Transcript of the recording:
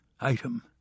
Item